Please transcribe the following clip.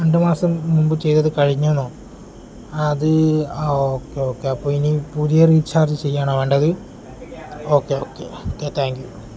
രണ്ട് മാസം മുമ്പ് ചെയ്തത് കഴിഞ്ഞു എന്നോ അത് ആ ഓക്കെ ഓക്കെ അപ്പം ഇനി പുതിയ റീചാർജ് ചെയ്യുകയാണോ വേണ്ടത് okay okay okay thank U